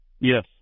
Yes